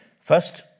first